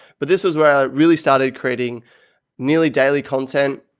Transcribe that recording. but this was where i really started creating nearly daily content,